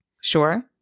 Sure